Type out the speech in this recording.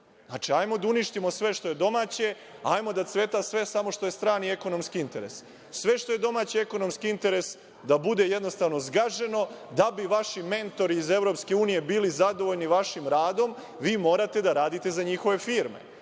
Znači, hajdemo da uništimo sve što je domaće, hajdemo da cveta sve što je strani ekonomski interes. Sve što je domaći ekonomski interes da bude jednostavno zgaženo. Da bi vaši mentori iz EU bili zadovoljni vašim radom, vi morate da radite za njihove firme.